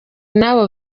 n’abo